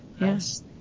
Yes